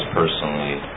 personally